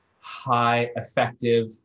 high-effective